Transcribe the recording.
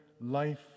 life